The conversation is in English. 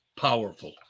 powerful